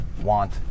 want